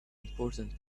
important